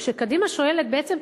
כשקדימה שואלת בעצם,